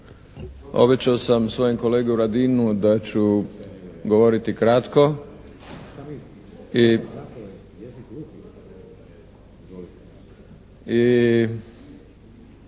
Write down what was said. Obećao sam svojem kolegi Radinu da ću govoriti kratko